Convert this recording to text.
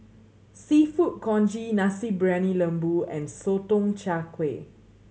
Seafood Congee Nasi Briyani Lembu and Sotong Char Kway